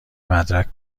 مدرک